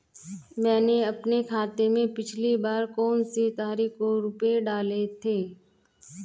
मैंने अपने खाते में पिछली बार कौनसी तारीख को रुपये डाले थे?